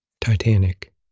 Titanic